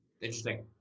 interesting